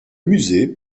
musée